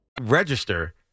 Register